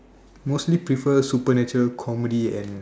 mostly prefer supernatural comedy and